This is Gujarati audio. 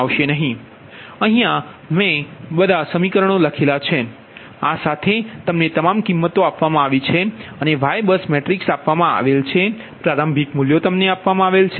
P22 V2V1Y21sin⁡21 21 plus V2V3Y23sin⁡23 23 P23 V2V3Y23sin⁡23 23 P32 V3V2Y32sin⁡32 32 P33 V3V1Y31sin⁡31 31 plus V3V2Y32sin⁡32 32 Q2V2 V1Y21sin⁡21 21 2V2Y22sin⁡ V3Y23sin⁡23 23 તેથી આ સાથે તમને તમામ કિમતો આપવામાં આવી છે અને Y બસ મેટ્રિક્સ આપવામાં આવેલ છે પ્રારંભિક મૂલ્યો તમને આપવામાં આવે છે